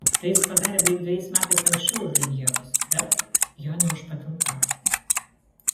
tai jis padarė beveik dvejais metais anksčiau už liumjerus bet jo neužpatentavo